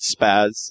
spaz